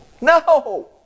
No